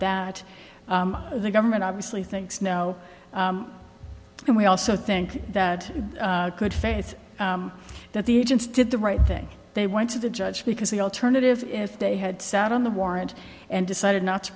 that the government obviously thinks no and we also think that good faith that the agents did the right thing they went to the judge because the alternative if they had sat on the warrant and decided not to